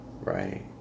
Right